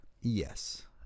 Yes